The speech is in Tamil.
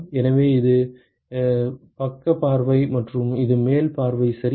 எனவே இது பக்க பார்வை மற்றும் இது மேல் பார்வை சரியா